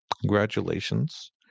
Congratulations